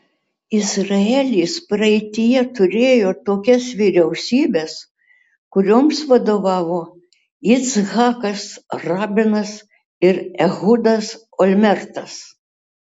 izraelis praeityje turėjo tokias vyriausybes kurioms vadovavo yitzhakas rabinas ir ehudas olmertas